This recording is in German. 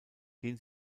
den